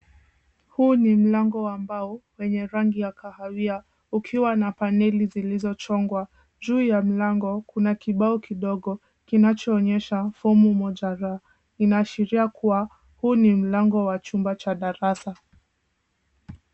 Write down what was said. Huu ni mlango wa mbao wenye rangi ya kahawia ukiwa na paneli zilizochongwa .Juu ya mlango kuna kibao kidogo kinachoonyesha fomu moja R. Inashiria kuwa huu ni mlango wa chumba cha darasa.